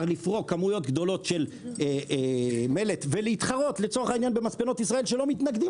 לפרוק כמויות גדולות של מלט ולהתחרות במספנות ישראל שלא מתנגדים